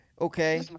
okay